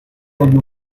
dagli